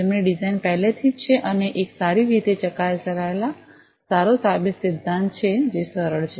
જેમની ડિઝાઇન પહેલેથી જ છે અને તે એક સારી રીતે ચકાસાયેલ સારો સાબિત સિદ્ધાંત છે જે સરળ છે